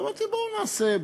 ואמרתי, בואו נעשה.